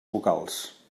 vocals